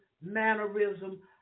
mannerism